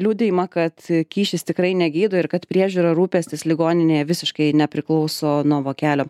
liudijimą kad kyšis tikrai negydo ir kad priežiūra rūpestis ligoninėje visiškai nepriklauso nuo vokelio